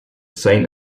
saint